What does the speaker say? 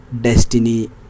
destiny